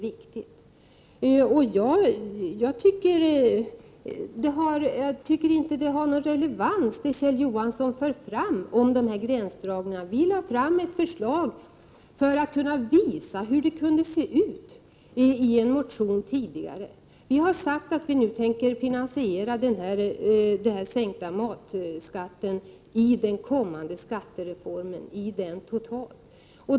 Jag tycker inte att det Kjell Johansson för fram om dessa gränsdragningar har någon relevans. Vi lade fram ett förslag i en motion tidigare för att visa hur det kunde se ut. Vi har sagt att vi tänker finansiera den sänkta matskatten totalt i den kommande skattereformen.